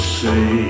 say